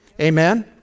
Amen